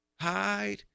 Hide